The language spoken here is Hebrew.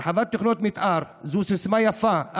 הרחבת תוכניות מתאר זו סיסמה יפה,